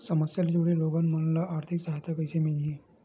समस्या ले जुड़े लोगन मन ल आर्थिक सहायता कइसे मिलही?